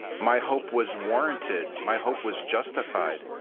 my hope was warranted. my hope was justified.